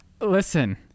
Listen